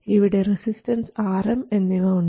ഇവിടെ resistance Rm എന്നിവ ഉണ്ട്